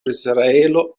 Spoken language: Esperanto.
israelo